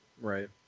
Right